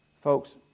Folks